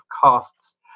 costs